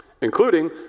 including